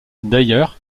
d’ailleurs